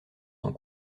sont